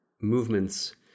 movements